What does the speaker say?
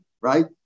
right